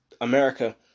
America